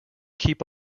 keep